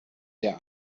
der